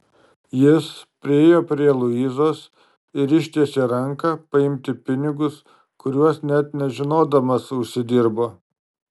jis priėjo prie luizos ir ištiesė ranką paimti pinigus kuriuos net nežinodamas užsidirbo